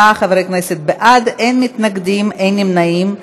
34 חברי כנסת בעד, אין מתנגדים, אין נמנעים.